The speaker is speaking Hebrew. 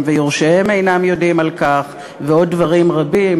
ויורשיהם אינם יודעים על כך ועוד דברים רבים.